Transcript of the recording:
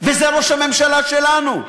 וזה ראש הממשלה שלנו,